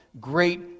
great